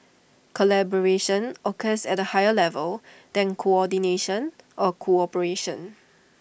collaboration occurs at A higher level than coordination or cooperation